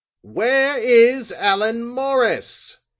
where is allan morris?